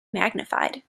magnified